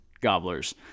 gobblers